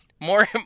More